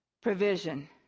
provision